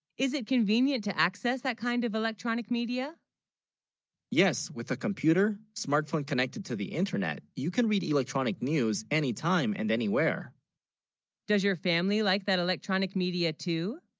is it convenient to access that kind of electronic media yes with a computer smartphone connected to the internet you can, read electronic news anytime and anywhere does your family, like that electronic media no,